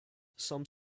some